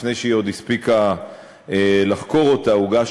עוד לפני שהיא הספיקה לחקור אותה הוגש